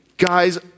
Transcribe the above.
guys